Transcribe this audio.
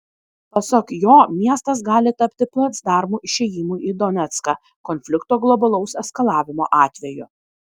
pasak jo miestas gali tapti placdarmu išėjimui į donecką konflikto globalaus eskalavimo atveju